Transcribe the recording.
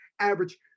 average